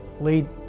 lead